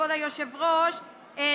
כבוד היושב-ראש,